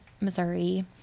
Missouri